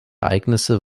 ereignisse